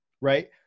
right